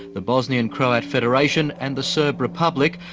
the bosnian croat federation and the serb republic,